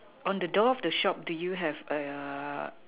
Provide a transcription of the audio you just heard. on the door of the shop do you have a